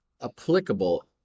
applicable